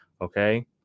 Okay